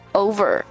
over